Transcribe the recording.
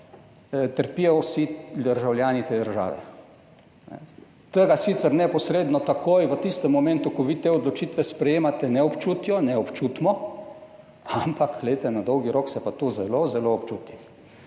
trpijo vsi državljani te države. Tega sicer neposredno, takoj, v tistem momentu, ko vi te odločitve sprejemate, ne občutijo, ne občutimo, ampak na dolgi rok se pa to zelo, zelo občuti.